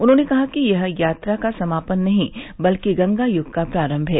उन्होंने कहा कि यह यात्रा का समापन नहीं बल्कि गंगा युग का प्रारंभ है